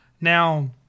now